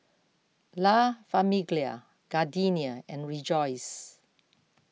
La Famiglia Gardenia and Rejoice